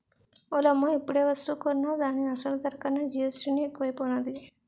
ఓలమ్మో ఇప్పుడేవస్తువు కొన్నా దాని అసలు ధర కన్నా జీఎస్టీ నే ఎక్కువైపోనాది